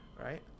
right